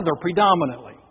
predominantly